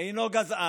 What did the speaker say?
אינו גזען.